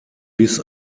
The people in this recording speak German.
bis